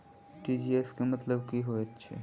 TGS केँ मतलब की हएत छै?